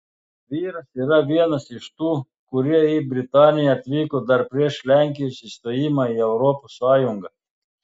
vyras yra vienas iš tų kurie į britaniją atvyko dar prieš lenkijos įstojimą į europos sąjungą